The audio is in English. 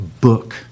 book